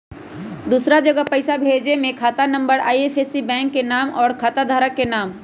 दूसरा जगह पईसा भेजे में खाता नं, आई.एफ.एस.सी, बैंक के नाम, और खाता धारक के नाम?